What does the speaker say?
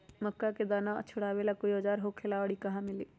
मक्का के दाना छोराबेला कोई औजार होखेला का और इ कहा मिली?